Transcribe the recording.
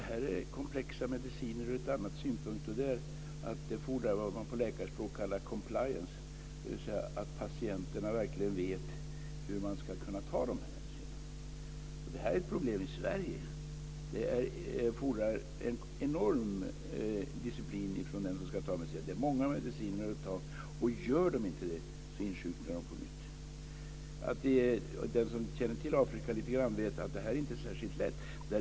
Det här är komplexa mediciner från en annan synpunkt. De fordrar det som man på läkarspråk kallar för compliance, dvs. att patienterna verkligen vet hur man tar medicinerna. Det här är ett problem i Sverige. Det fordras en enorm disciplin hos de som ska ta dem. Följer de inte ordinationen insjuknar de på nytt. Den som känner till Afrika lite grann vet att detta inte är särskilt lätt.